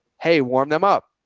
hey, warm them up.